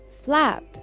flap